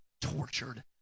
tortured